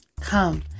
Come